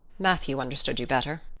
matthew understood you better.